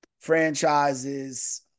franchises